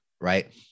right